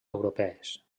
europees